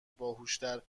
باهوشتر